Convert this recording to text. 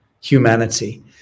humanity